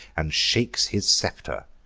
and shakes his scepter,